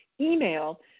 email